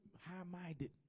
high-minded